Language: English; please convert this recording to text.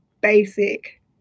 basic